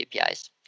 APIs